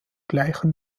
gleichen